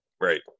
Right